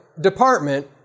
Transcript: department